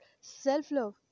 self-love